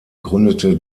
gründete